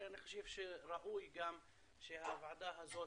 אני חושב שרואי גם שהוועדה הזאת,